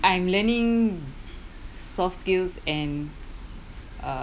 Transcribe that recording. I'm learning soft skills and uh